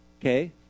okay